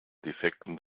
defekten